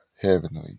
heavenly